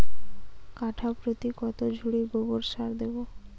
কাঠাপ্রতি কত ঝুড়ি গোবর সার দেবো?